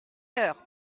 heures